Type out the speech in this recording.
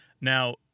Now